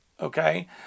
Okay